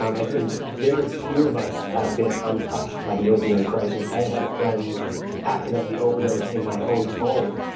um i think very few of us have been untouched by the opioid crisis. i have had friends accidentally overdose in my own home.